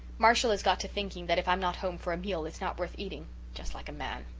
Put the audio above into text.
marshall has got to thinking that if i'm not home for a meal it's not worth eating just like a man.